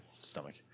stomach